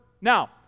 Now